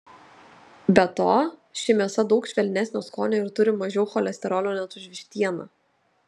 be to ši mėsa daug švelnesnio skonio ir turi mažiau cholesterolio net už vištieną